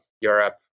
Europe